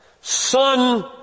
son